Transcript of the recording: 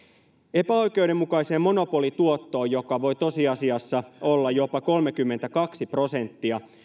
epäoikeudenmukaiseen monopolituottoon joka voi tosiasiassa olla jopa kolmekymmentäkaksi prosenttia